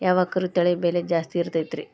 ಯಾವ ಕುರಿ ತಳಿ ಬೆಲೆ ಜಾಸ್ತಿ ಇರತೈತ್ರಿ?